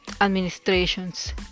administrations